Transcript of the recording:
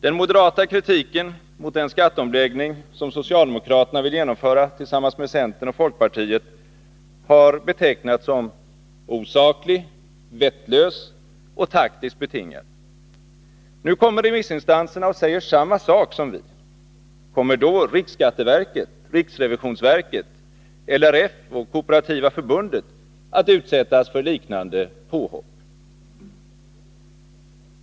Den moderata kritiken mot den skatteomläggning som socialdemokraterna vill genomföra tillsammans med centern och folkpartiet har betecknats som osaklig, vettlös och taktiskt betingad. Nu kommer remissinstanserna och säger samma sak som vi. Kommer då riksskatteverket, riksrevisionsverket, LRF och Kooperativa förbundet att utsättas för liknande påhopp?